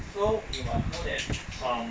so you must know that um